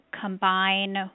combine